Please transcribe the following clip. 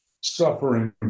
suffering